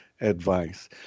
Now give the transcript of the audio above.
advice